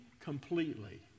completely